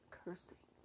cursing